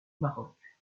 baroque